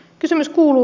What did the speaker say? kysymys kuuluu